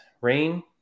rain